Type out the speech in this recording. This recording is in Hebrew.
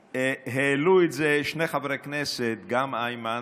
העלו את זה שני חברי כנסת, גם איימן